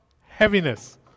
heaviness